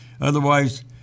Otherwise